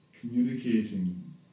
communicating